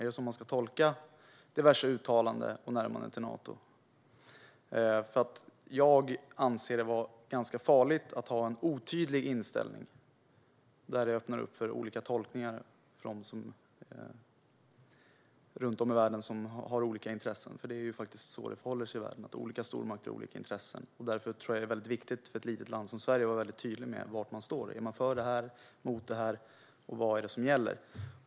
Är det så man ska tolka diverse uttalanden och närmanden till Nato? Jag anser att det är ganska farligt att ha en otydlig inställning som öppnar upp för olika tolkningar runt om i världen, där det finns olika intressen. Det är ju faktiskt så det förhåller sig i världen. Olika stormakter har olika intressen, och därför tror jag att det är väldigt viktigt för ett litet land som Sverige att vara väldigt tydligt med var man står. Är man för det här? Är man emot? Vad är det som gäller?